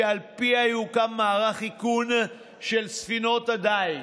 שעל פיה יוקם מערך איכון של ספינות הדיג.